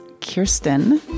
Kirsten